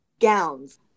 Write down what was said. gowns